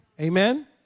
Amen